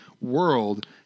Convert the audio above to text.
World